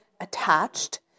attached